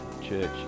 church